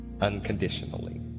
unconditionally